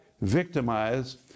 victimize